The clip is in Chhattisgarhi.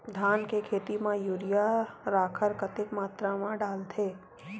धान के खेती म यूरिया राखर कतेक मात्रा म डलथे?